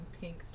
pink